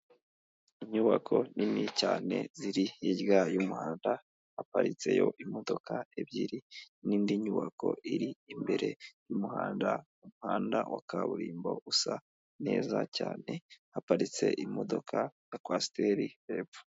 Inyubako nini cyane ziri hirya y'umuhanda, haparitseyo imodoka ebyiri n'indi nyubako iri imbere y'umuhanda, umuhanda wa kaburimbo usa neza cyane haparitse imodoka ya coaster hepfo.